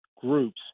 groups